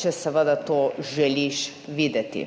če seveda to želiš videti.